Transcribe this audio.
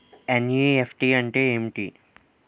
NEFT అంటే ఏమిటి?